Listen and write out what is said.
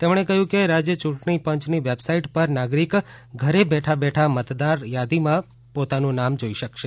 તેમણે કહ્યું કે રાજ્ય ચૂંટણી પંચની વેબસાઇટ પર નાગરિક ઘરે બેઠાબેઠા મતદાર યાદીમાં પોતાનું નામ જોઇ શકશે